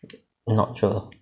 not sure